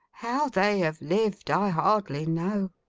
how they have lived, i hardly know